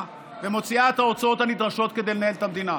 ומוציאה את ההוצאות הנדרשות כדי לנהל את המדינה,